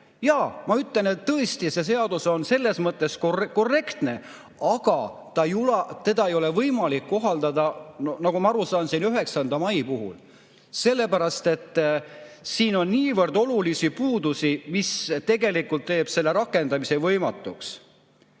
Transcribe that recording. Jaa, ma ütlen, et tõesti see [eelnõu] on selles mõttes korrektne. Aga seda ei ole võimalik kohaldada, nagu ma aru saan, 9. mai puhul. Sellepärast, et siin on niivõrd olulisi puudusi, mis tegelikult teeb selle rakendamise võimatuks.